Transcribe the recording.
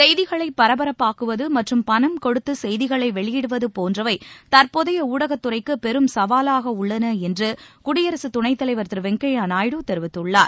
செய்திகளை பரபரப்பாக்குவது மற்றும் பணம் கொடுத்து செய்தி வெளியிடுவது போன்றவை தற்போதைய ஊடகத்துறைக்கு பெரும் சவாலாக உள்ளன என்று குடியரக துணைத் தலைவர் திரு வெங்கய்ய நாயுடு தெரிவித்துள்ளார்